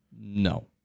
no